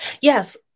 Yes